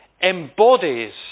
embodies